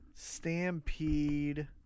Stampede